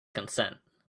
consent